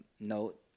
note